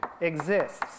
exists